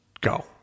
go